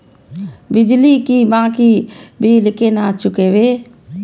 बिजली की बाकी बील केना चूकेबे?